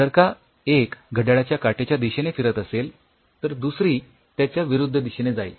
जर का एक घड्याळाच्या काट्याच्या दिशेने फिरत असेल तर दुसरी त्याच्या विरुद्ध दिशेने जाईल